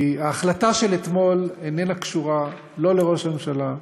כי ההחלטה של אתמול איננה קשורה לא לראש הממשלה,